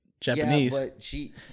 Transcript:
Japanese